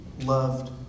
loved